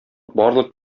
барлык